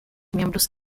miembros